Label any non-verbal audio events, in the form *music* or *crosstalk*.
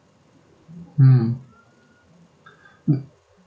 mm *noise*